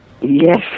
yes